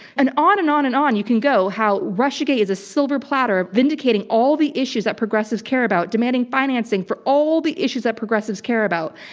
and on and on and on you can go, how russia is a silver platter, vindicating all the issues that progressives care about, demanding financing for all the issues that progressives care about.